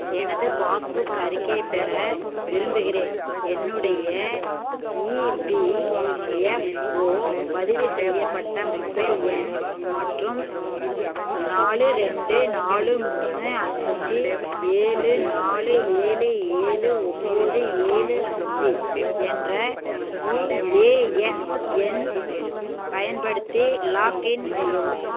எனது பாஸ்புக் அறிக்கையை பெற விரும்புகிறேன் என்னுடைய இபிஎஃப்ஓ பதிவு செய்யப்பட்ட மொபைல் எண் மற்றும் நாலு ரெண்டு நாலு மூணு அஞ்சு ஏழு நாலு ஏழு ஏழு ஒம்போது ஏழு அஞ்சு என்ற யுஏஎன் எண் பயன்படுத்தி லாக்இன் செய்யவும்